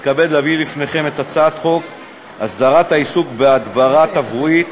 לסעיף הבא שעל סדר-היום: הצעת חוק הסדרת העיסוק בהדברה תברואית,